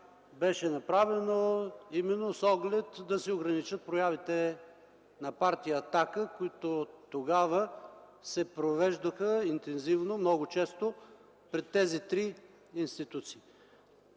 беше направено именно с оглед да се ограничат проявите на Партия „Атака”, които тогава се провеждаха интензивно много често пред тези три институции.